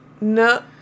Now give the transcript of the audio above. No